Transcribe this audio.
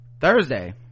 thursday